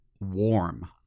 warm